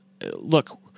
look